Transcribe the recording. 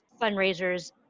fundraisers